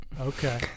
Okay